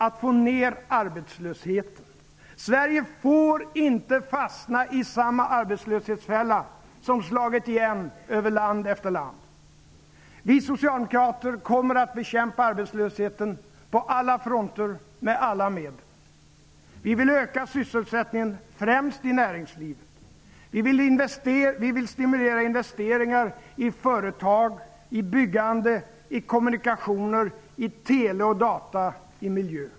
Att få ned arbetslösheten. Sverige får inte fastna i samma arbetslöshetsfälla som slagit igen över land efter land. Vi socialdemokrater kommer att bekämpa arbetslösheten, på alla fronter och med alla medel. Vi vill öka sysselsättningen, främst i näringslivet. Vi vill stimulera investeringar i företag, i byggande, i kommunikationer, i tele och data, i miljö.